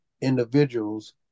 individuals